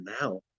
now